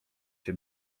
cię